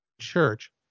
church